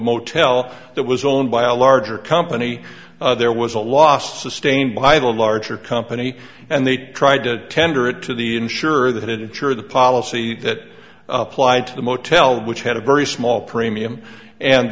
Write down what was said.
motel that was owned by a larger company there was a loss sustained by the larger company and they tried to tender it to the insure that it insure the policy that applied to the motel which had a very small premium and